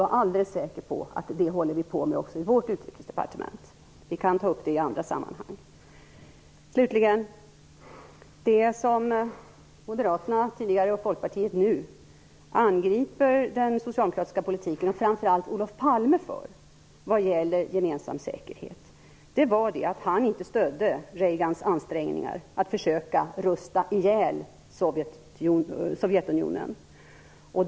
Var alldeles säker på att vi håller på med det också i vårt utrikesdepartement! Vi kan ta upp det i andra sammanhang. Slutligen: Det som Moderaterna tidigare angrep och Folkpartiet nu angriper den socialdemokratiska politiken och framför allt Olof Palme för vad gäller gemensam säkerhet var att han inte stödde Reagans ansträngningar att försöka rusta ihjäl Sovjetunionen.